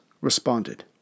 responded